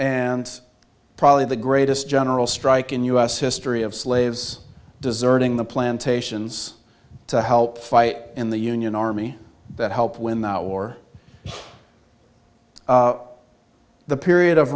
and probably the greatest general strike in u s history of slaves deserving the plantations to help fight in the union army that help win the war the period of